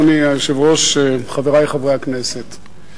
אדוני היושב-ראש, חברי חברי הכנסת,